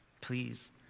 please